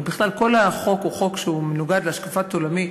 בכלל, כל החוק מנוגד להשקפת עולמי,